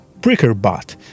Brickerbot